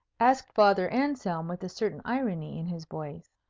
asked father anselm, with a certain irony in his voice,